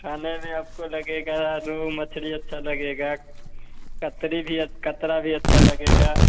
खाने में आपको लगेगा रोहू मछली अच्छा लगेगा कतरी भी कतरा भी अच्छा लगेगा